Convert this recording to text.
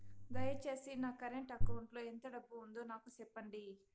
దయచేసి నా current account లో ఎంత డబ్బు ఉందో నాకు సెప్పండి